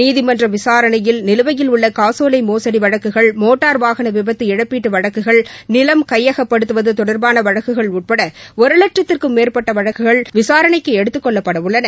நீதிமன்ற விசாரணையில் நிலுவையில் உள்ள காசோலை மோசடி வழக்குகள் மோட்டார் வாகன விபத்து இழப்பீட்டு வழக்குகள் நிலம் கையகப்படுத்துவது தொடர்பான வழக்குள் உட்பட ஒரு லட்சத்திற்கும் மேற்பட்ட வழக்குகள் விசாரணைக்கு எடுத்துக் கொள்ளப்படவுள்ளன